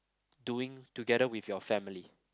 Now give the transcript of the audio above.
doing together with your family